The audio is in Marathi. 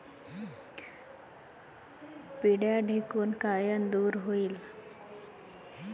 पिढ्या ढेकूण कायनं दूर होईन?